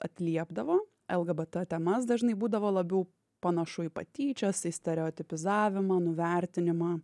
atliepdavo lgbt temas dažnai būdavo labiau panašu į patyčias į stereotipizavimą nuvertinimą